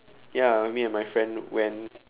ya me and my friend went